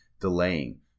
delaying